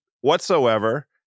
whatsoever